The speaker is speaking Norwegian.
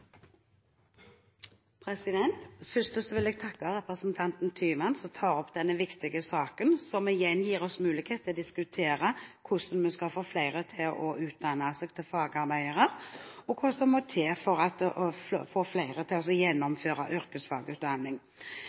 Først vil jeg takke representanten Tyvand, som tar opp denne viktige saken, som igjen gir oss mulighet til å diskutere hvordan vi skal få flere til å utdanne seg til fagarbeidere, og hva som må til for å få flere til å gjennomføre yrkesfagutdanning.